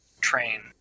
train